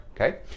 okay